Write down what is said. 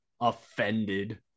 offended